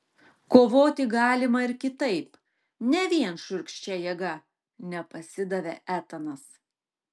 kovoti galima ir kitaip ne vien šiurkščia jėga nepasidavė etanas